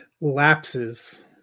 Lapses